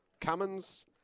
Cummins